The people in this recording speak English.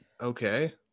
okay